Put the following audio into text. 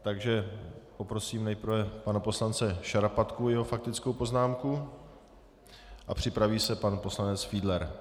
Takže poprosím nejprve pana poslance Šarapatku o jeho faktickou poznámku a připraví se pan poslanec Fiedler.